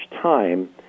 time